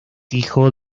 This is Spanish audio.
hijo